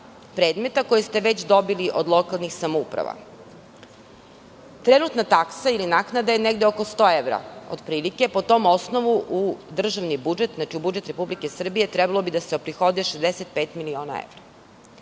predmeta koje ste već dobili od lokalnih samouprava. Trenutna taksa ili naknada je negde oko 100 evra, otprilike. Po tom osnovu, u državni budžet, znači, u budžet Republike Srbije, trebalo bi da se oprihodi 65 miliona evra.